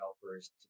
developers